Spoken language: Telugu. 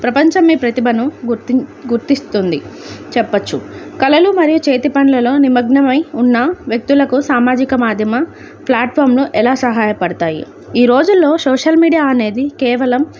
ప్రపంచం మీ ప్రతిభను గుర్తి గుర్తిస్తుంది చెప్పచ్చు కళలు మరియు చేతి పన్లలో నిమజ్ఞమై ఉన్న వ్యక్తులకు సామాజిక మాధ్యమ ప్లాట్ఫార్మ్లు ఎలా సహాయపడతాయి ఈ రోజుల్లో సోషల్ మీడియా అనేది కేవలం